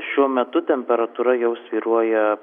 šiuo metu temperatūra jau svyruoja